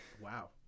wow